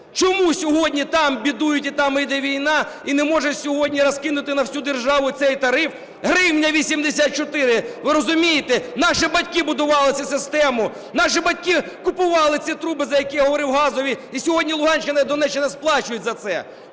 Чому сьогодні там бідують і там іде війна, і не можна сьогодні розкинути на всю державу цей тариф? 1 гривня 84, ви розумієте, наші батьки будували цю систему, наші батьки купували ці труби, за які я говорив, газові, і сьогодні Луганщина і Донеччина сплачують за це.